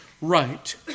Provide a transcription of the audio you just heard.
right